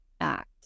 Act